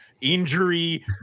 injury